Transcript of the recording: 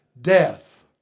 Death